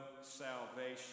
salvation